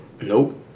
Nope